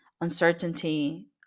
uncertainty